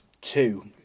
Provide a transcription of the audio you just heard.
two